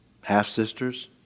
half-sisters